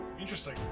interesting